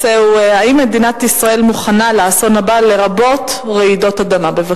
מדובר בהצעות לסדר-היום